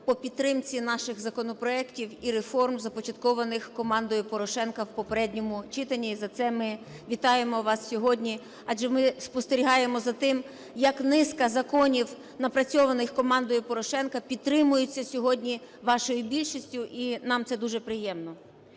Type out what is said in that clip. по підтримці наших законопроектів і реформ, започаткованих командою Порошенка в попередньому читанні і за це ми вітаємо вас сьогодні, адже ми спостерігаємо за тим, як низка законів, напрацьованих командою Порошенка підтримується сьогодні вашою більшістю і нам це дуже приємно.